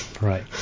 Right